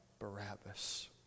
Barabbas